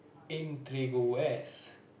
in tree gu west